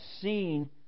seen